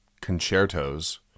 concertos